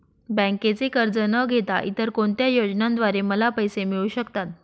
बँकेचे कर्ज न घेता इतर कोणत्या योजनांद्वारे मला पैसे मिळू शकतात?